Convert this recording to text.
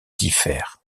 diffèrent